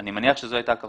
אני מניח שזאת הייתה הכוונה.